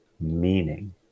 meaning